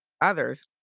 others